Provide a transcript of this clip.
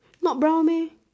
not brown meh